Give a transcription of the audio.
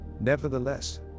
Nevertheless